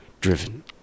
Driven